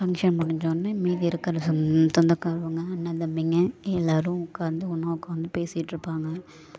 function முடிஞ்சோன்னே மீதி இருக்கிற சொந் சொந்தக்காரவங்க அண்ணன் தம்பிங்க எல்லாரும் உட்காந்து ஒன்னாக உட்காந்து பேசிட்டுருப்பாங்க